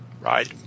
Right